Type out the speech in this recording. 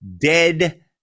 Dead